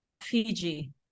Fiji